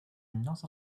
not